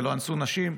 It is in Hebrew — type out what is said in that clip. ולא אנסו נשים.